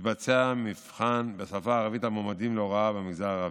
מתבצע מבחן בשפה הערבית למועמדים להוראה במגזר הערבי.